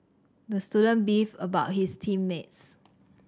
the student beefed about his team mates